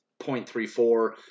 0.34